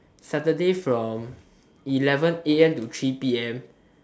saturday from eleven a_m to three p_m